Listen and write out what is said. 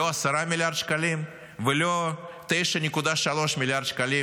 לא 10 מיליארד שקלים ולא 9.3 מיליארד שקלים,